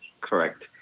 correct